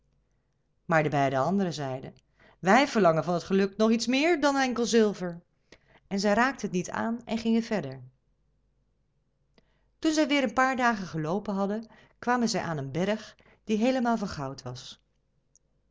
maar de beide anderen zeiden wij verlangen van het geluk nog iets meer dan enkel zilver en zij raakten het niet aan en gingen verder toen zij weêr een paar dagen geloopen hadden kwamen zij aan een berg die heelemaal van goud was